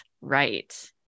Right